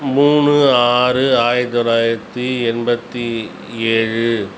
மூணு ஆறு ஆயிரத்தி தொள்ளாயிரத்தி எண்பத்தி ஏழு